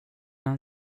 han